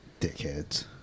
Dickheads